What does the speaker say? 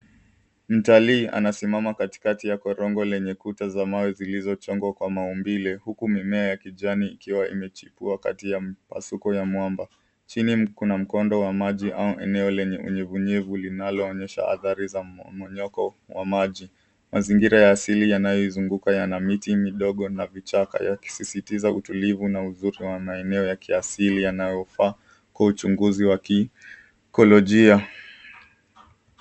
Mtalii anasimama katikati ya korongo lenye kuta za mawe zilizochongwa kwa maumbile, huku mimea ya kijani ikiwa imechipua kati ya mipasuko ya mwamba. Chini kuna mkondo wa maji au eneo lenye unyevunyevu linaloonyesha athari za mmomonyoko wa maji. Mazingira ya asili yanayoizunguka yana miti midogo na vichaka yakisisitiza utulivu na uzuri wa maeneo ya kiasili yanayofaa kwa uchunguzi wa kikolojia.